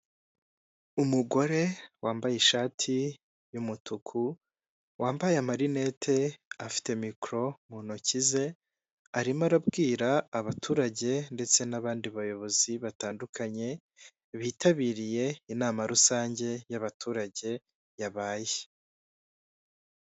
Umugore wambaye ishati y'umutuku wambaye amarinete afite mikoro mu ntoki ze arimo arabwira abaturage ndetse n'abandi bayobozi batandukanye bitabiriye inama rusange y'abaturage yabaye.